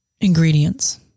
ingredients